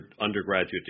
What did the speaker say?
undergraduate